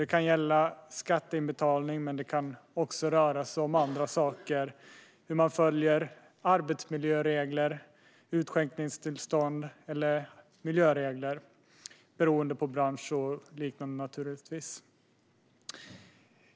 Det kan gälla skatteinbetalning men också andra saker - arbetsmiljöregler, utskänkningstillstånd eller miljöregler - beroende på bransch och liknande.